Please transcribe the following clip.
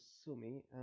Sumi